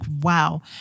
wow